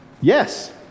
Yes